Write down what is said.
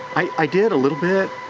i did a little bit.